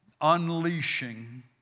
unleashing